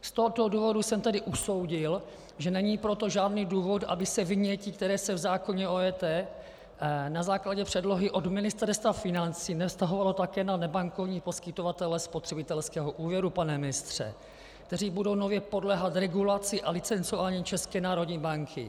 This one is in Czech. Z tohoto důvodu jsem tedy usoudil, že není proto žádný důvod, aby se vynětí, které se v zákoně o EET na základě předlohy od Ministerstva financí nevztahovalo také na nebankovní poskytovatele spotřebitelského úvěru, pane ministře, kteří budou nově podléhat regulaci a licencování České národní banky.